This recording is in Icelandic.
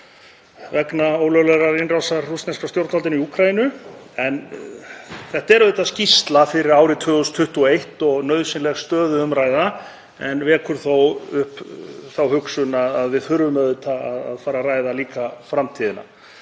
vegna ólöglegrar innrásar rússneskra stjórnvalda í Úkraínu. En þetta er auðvitað skýrsla fyrir árið 2021 og nauðsynleg stöðuumræða en vekur þó upp þá hugsun að við þurfum líka að fara að ræða framtíðina.